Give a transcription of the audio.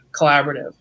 collaborative